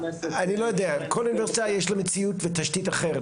לכל אוניברסיטה יש מציאות ותשתית אחרת.